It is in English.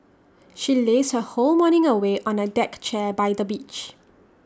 she lazed her whole morning away on A deck chair by the beach